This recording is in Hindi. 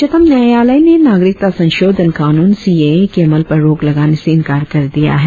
उच्चतम न्यायालय ने नागरिकता संशोधन कानून सीएए के अमल पर रोक लगाने से इंकार कर दिया है